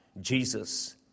Jesus